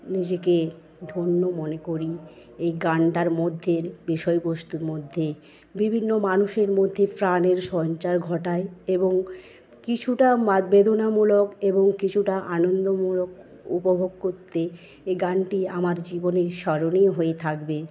নিজেকে ধন্য মনে করি এই গানটার মধ্যে বিষয়বস্তুর মধ্যে বিভিন্ন মানুষের মধ্যে প্রাণের সঞ্চার ঘটায় এবং কিছুটা বেদনামূলক কিছুটা আনন্দমূলক উপভোগ করতে এই গানটি আমার জীবনে স্মরণীয় হয়ে থাকবে